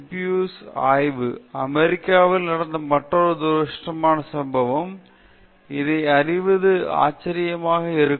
டஸ்கீயின் syphilis ஆய்வு அமெரிக்காவில் நடந்த மற்றொரு துரதிர்ஷ்டமான சம்பவம் இதை அறிவது ஆச்சரியமாக இருக்கும்